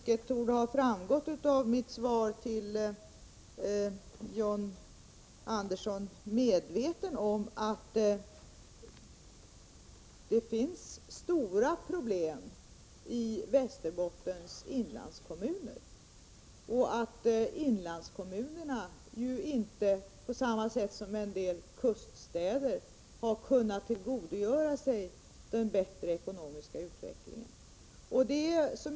Det torde ha framgått av mitt svar till John Andersson att jag är medveten om att det finns stora problem i Västerbottens inlandskommuner och att inlandskommunerna inte på samma sätt som en del kuststäder har kunnat tillgodogöra sig den bättre ekonomiska utvecklingen.